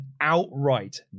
outright